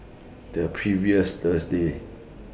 The previous Thursday